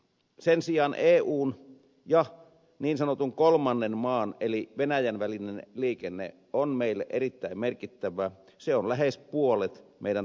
sen sijaan eun ja niin sanotun kolmannen maan eli venäjän välinen liikenne on meille erittäin merkittävää se on lähes puolet meidän tavaraliikenteestämme